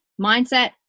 mindset